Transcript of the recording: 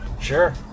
Sure